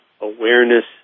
awareness